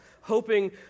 hoping